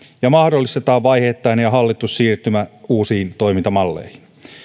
ja mahdollistetaan vaiheittainen ja hallittu siirtymä uusiin toimintamalleihin